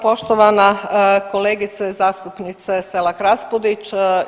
Poštovana kolegice zastupnice Selak Raspudić.